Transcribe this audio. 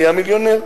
נהיה מיליונר,